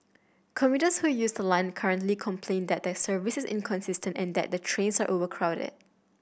commuters who use the line currently complain that the service is inconsistent and that trains are overcrowded